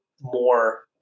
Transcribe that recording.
more